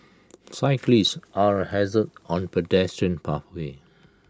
cyclists are A hazard on pedestrian pathways